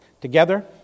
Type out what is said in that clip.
Together